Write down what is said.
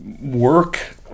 work